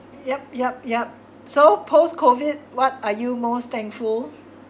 yup yup yup so post COVID what are you most thankful